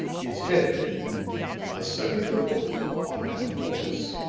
it's headed a second report on allan morris